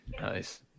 Nice